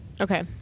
Okay